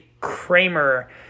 Kramer